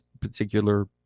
particular